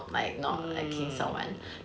hmm